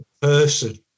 person